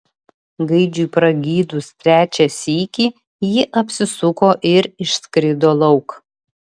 gaidžiui pragydus trečią sykį ji apsisuko ir išskrido lauk